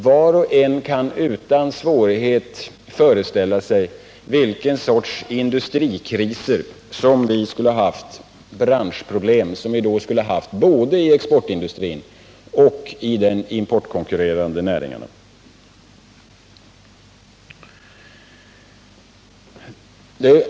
Var och en kan utan svårighet föreställa sig de industrikriser och branschproblem både inom exportindustrin och i de importkonkurrerande näringarna som vi då skulle ha haft.